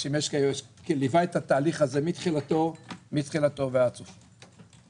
נדמה לי, שליווה את התהליך הזה מתחילתו ועד סופו.